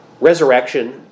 resurrection